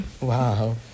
Wow